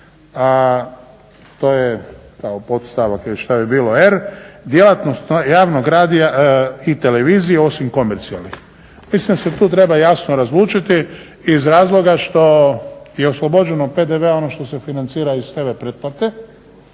to je kao podstavak ili šta bi bilo r) djelatnost javnog radija i televizije osim komercijalnih. Mislim da se tu treba jasno razlučiti iz razloga što je oslobođeno PDV-a ono što se financira iz tv pretplate,